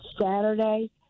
Saturday